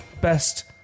best